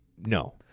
No